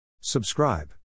Subscribe